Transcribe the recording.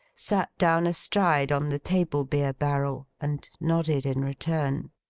sat down astride on the table-beer barrel, and nodded in return.